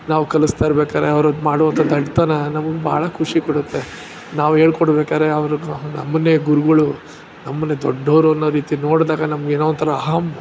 ನಾವು ಕಲಿಸ್ತಾ ಇರಬೇಕಾದ್ರೆ ಅವರು ಮಾಡುವಂತ ದಡ್ಡತನ ನಮಗೆ ಭಾಳ ಖುಷಿ ಕೊಡುತ್ತೆ ನಾವು ಹೇಳಿಕೊಡ್ಬೇಕಾದ್ರೆ ಅವ್ರು ನಮ್ಮನ್ನೆ ಗುರುಗಳು ನಮ್ಮನ್ನೆ ದೊಡ್ಡವರು ಅನ್ನೋ ರೀತಿ ನೋಡಿದಾಗ ನಮಗೆ ಏನೋ ಒಂಥರ ಅಹಂ